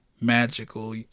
magical